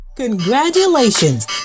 Congratulations